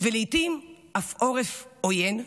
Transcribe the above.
ולעיתים אף עורף עוין,